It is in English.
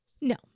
No